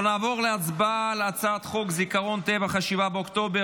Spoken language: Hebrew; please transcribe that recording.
אנחנו נעבור כרגע להצבעה על הצעת חוק יום לציון אירועי כ"ב